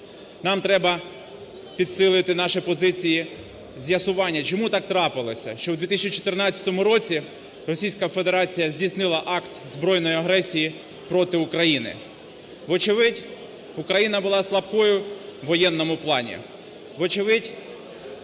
Нам треба підсилити наші позиції з'ясування, чому так трапилося. Що в 2014 році Російська Федерація здійснила акт збройної агресії проти України. Вочевидь, Україна була слабкою в воєнному плані.